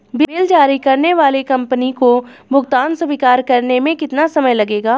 Bill जारी करने वाली कंपनी को भुगतान स्वीकार करने में कितना समय लगेगा?